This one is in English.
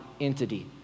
entity